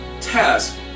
task